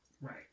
right